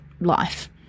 life